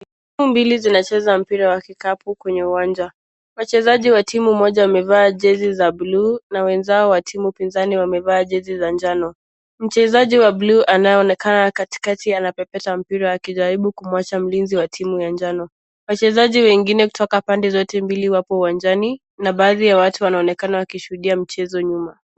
Timu mbili zinacheza mpira wa kikapu kwenye uwanja. Wachezaji wa timu moja wamevaa jezi za bluu na wenzao wa timu pinzani wamevaa jezi za njano. Mchezaji wa bluu anayeonekana katikati anapepeta mpira akijaribu kumwacha mlinzi wa timu ya njano. Wachezaji wengine kutoka pande zote mbili wapo uwanjani na baadhi ya watu wanaonekana wakishuhudia mchezo nyuma.